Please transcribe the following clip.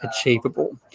achievable